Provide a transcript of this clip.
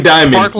Diamond